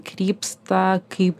krypsta kaip